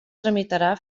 tramitarà